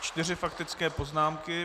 Čtyři faktické poznámky.